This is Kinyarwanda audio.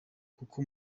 kuko